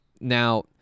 Now